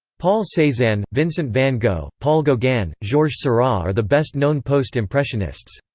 paul cezanne, vincent van gogh, paul gauguin, georges seurat are the best known post-impressionists.